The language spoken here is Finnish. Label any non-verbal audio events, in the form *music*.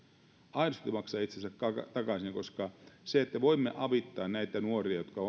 se maksaa itsensä aidosti takaisin koska voimme avittaa näitä nuoria jotka *unintelligible*